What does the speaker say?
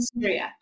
Syria